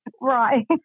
Right